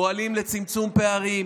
פועלים לצמצום פערים,